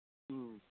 ꯎꯝ